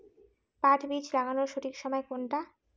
পাট বীজ লাগানোর সঠিক সময় কোনটা?